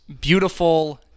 beautiful